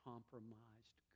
compromised